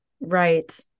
Right